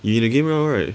you in a game now right